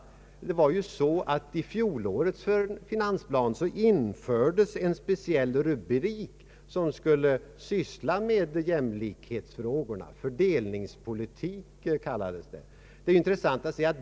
I fjolårets finansplan infördes nämligen en speciell rubrik för jämlikhetsfrågorna. Fördelningspolitik kallades det.